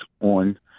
on